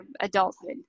adulthood